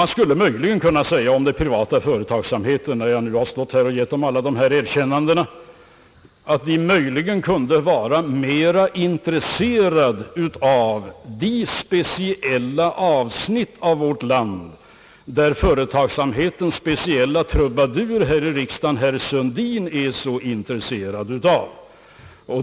När jag nu har givit den privata företagsamheten alla dessa erkännanden skulle jag möjligen också kunna säga, att den privata företagsamheten möjligen kunde vara mera intresserad av de speciella avsnitt av vårt land, som företagsamhetens speciella trubadur här i riksdagen, herr Sundin, är så intresserad av.